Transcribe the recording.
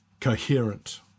coherent